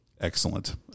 excellent